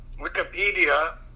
Wikipedia